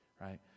right